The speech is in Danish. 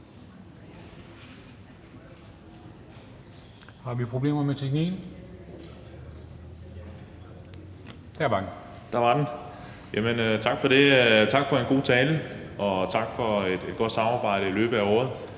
Der var den. Jamen tak for det. Tak for en god tale, og tak for et godt samarbejde i løbet af året.